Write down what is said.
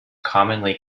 commonly